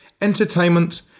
entertainment